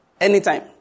anytime